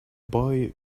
boy